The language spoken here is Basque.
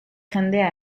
jendea